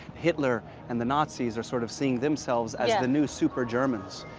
hitler and the nazis are sort of seeing themselves as the new super-germans.